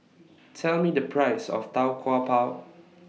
Tell Me The Price of Tau Kwa Pau